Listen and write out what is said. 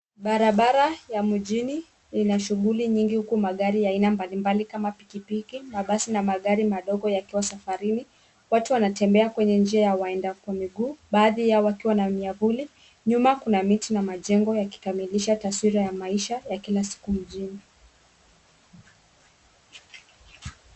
Barabara ya mjini inashughuli nyingi huku magari ya aina mbalimbali kama pikipiki mabasi na magari madogo yakiwa safarini watu wanatembea kwenye njia ya waenda kwa miguu baadhi yao wakiwa na miavuli nyuma kuna miti na majengo yakikamilisha taswira ya maisha ya kila siku mjini.